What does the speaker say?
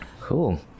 Cool